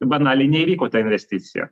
banaliai neįvyko ta investicija